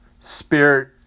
spirit